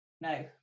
No